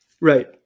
Right